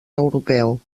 europeu